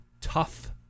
tough